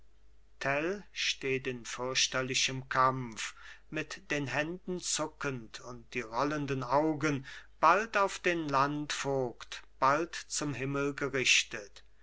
steht in fürchterlichem kampf mit beiden händen zuckend und die rollenden augen bald auf den landvogt bald zum himmel gerichtet